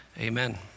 amen